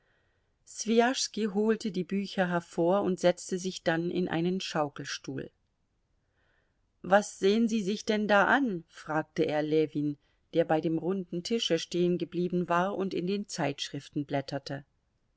holte die bücher hervor und setzte sich dann in einen schaukelstuhl was sehen sie sich denn da an fragte er ljewin der bei dem runden tische stehengeblieben war und in den zeitschriften blätterte